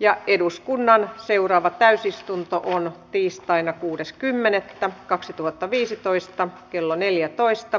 ja eduskunnan seuraava täysistuntoon tiistaina kuudes kymmenettä kaksituhattaviisitoista kello neljätoista